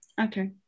Okay